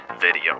video